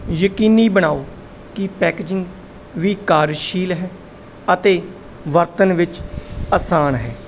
ਯਕੀਨੀ ਬਣਾਓ ਕਿ ਪੈਕੇਜਿੰਗ ਵੀ ਕਾਰਜਸ਼ੀਲ ਹੈ ਅਤੇ ਵਰਤਣ ਵਿੱਚ ਅਸਾਨ ਹੈ